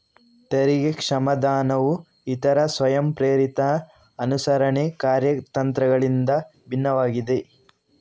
ತೆರಿಗೆ ಕ್ಷಮಾದಾನವು ಇತರ ಸ್ವಯಂಪ್ರೇರಿತ ಅನುಸರಣೆ ಕಾರ್ಯತಂತ್ರಗಳಿಗಿಂತ ಭಿನ್ನವಾಗಿದೆ